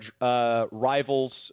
rivals